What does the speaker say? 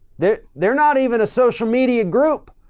they're they're not even a social media group.